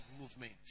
movement